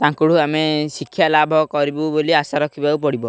ତାଙ୍କଠୁ ଆମେ ଶିକ୍ଷା ଲାଭ କରିବୁ ବୋଲି ଆଶା ରଖିବାକୁ ପଡ଼ିବ